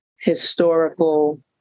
historical